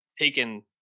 taken